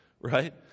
right